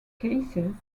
cases